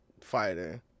fighter